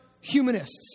humanists